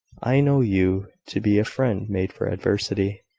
i know you to be a friend made for adversity.